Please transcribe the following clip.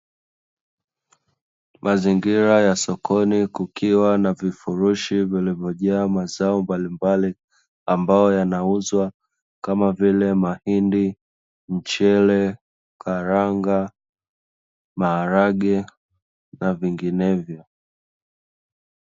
Mazingira ya sokoni kukiwa na vifurushi vilivyojaa mazao mbalimbali ambayo yanauzwa kama vile mahindi, mchele, karanga, maharage na vinginevyo.